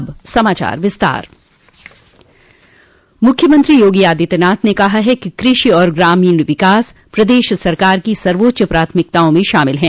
अब समाचार विस्तार से मुख्यमंत्री योगी आदित्यनाथ ने कहा है कि कृषि और ग्रामीण विकास प्रदेश सरकार की सर्वोच्च प्राथमिकताओं में शामिल है